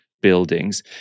buildings